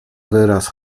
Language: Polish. wyraz